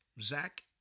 Zach